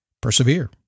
Persevere